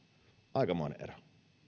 aikamoinen ero